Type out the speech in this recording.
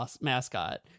mascot